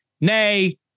nay